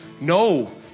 No